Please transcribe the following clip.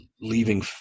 leaving